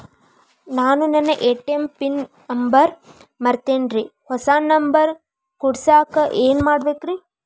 ನಾನು ನನ್ನ ATM pin number ಮರ್ತೇನ್ರಿ, ಹೊಸಾ ನಂಬರ್ ಕುಡಸಾಕ್ ಏನ್ ಮಾಡ್ಬೇಕ್ರಿ?